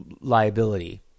liability